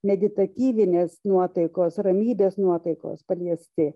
meditatyvinės nuotaikos ramybės nuotaikos paliesti